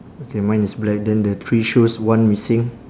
okay mine is black then the three shoes one missing